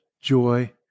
joy